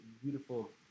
beautiful